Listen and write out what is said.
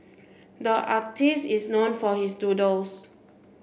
the artist is known for his doodles